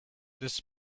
this